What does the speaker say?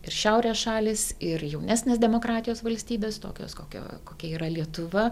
ir šiaurės šalys ir jaunesnės demokratijos valstybės tokios kokia kokia yra lietuva